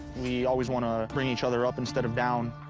we always wanna bring each other up instead of down.